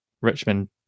Richmond